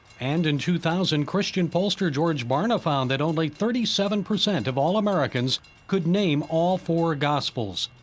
and in two thousand, christian pollster george barna found that only thirty seven percent of all americans could name all four gospels.